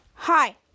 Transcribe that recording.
Hi